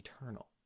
eternal